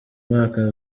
mwaka